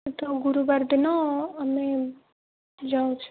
ଏଠୁ ଗୁରୁବାର ଦିନ ଆମେ ଯାଉଛୁ